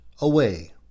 away